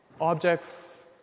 objects